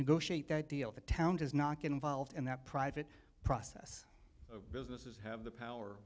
negotiate the ideal the town does not get involved in that private process of businesses have the power